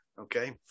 okay